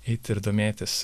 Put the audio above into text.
eiti ir domėtis